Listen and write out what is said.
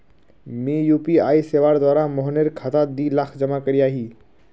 मी यु.पी.आई सेवार द्वारा मोहनेर खातात दी लाख जमा करयाही